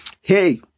Hey